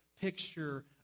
picture